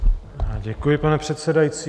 Děkuji, pane předsedající.